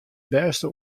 bêste